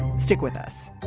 stick with us